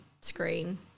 screen